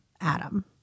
Adam